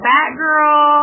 Batgirl